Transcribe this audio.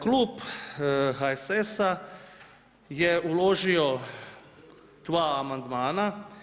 Klub HSS-a je uložio dva amandmana.